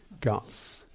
guts